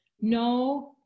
no